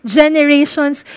generations